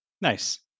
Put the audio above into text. Nice